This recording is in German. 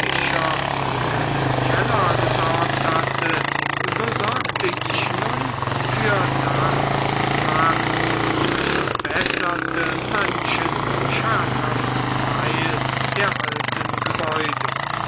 für den keller gesorgt hatte so sorgte ich nun für dach und fach und verbesserte manchen schadhaften teil der alten gebäude